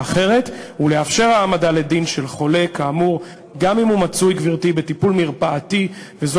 ובך אישית חבר ומנהיג משכמו ומעלה,